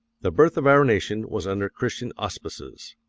the birth of our nation was under christian auspices.